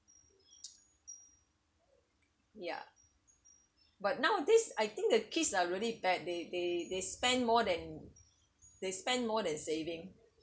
ya but nowadays I think the kids are really bad they they they spend more than they spend more than saving